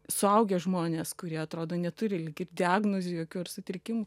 suaugę žmonės kurie atrodo neturi lyg ir diagnozių jokių ar sutrikimų